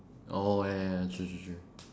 oh ya true true true